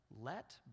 Let